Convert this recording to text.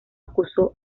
acusó